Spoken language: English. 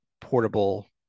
portable